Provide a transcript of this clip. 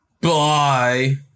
bye